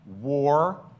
war